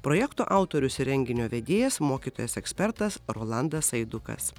projekto autorius ir renginio vedėjas mokytojas ekspertas rolandas aidukas